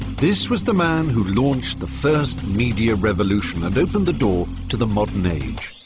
this was the man who launched the first media revolution and opened the door to the modern age.